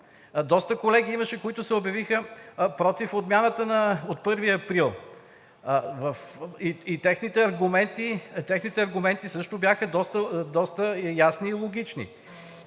доста колеги имаше, които се обявиха против отмяната от 1 април, и техните аргументи също бяха доста ясни и логични.